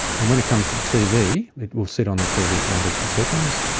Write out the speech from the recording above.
and when it comes to tv it will sit on the tv for one to two seconds,